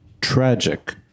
tragic